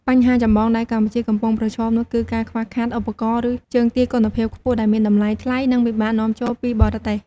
បញ្ហាចម្បងដែលកម្ពុជាកំពុងប្រឈមនោះគឺការខ្វះខាតឧបករណ៍ ឬជើងទាគុណភាពខ្ពស់ ដែលមានតម្លៃថ្លៃ និងពិបាកនាំចូលពីបរទេស។